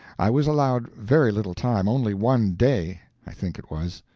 i was allowed very little time only one day, i think it was.